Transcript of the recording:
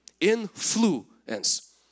Influence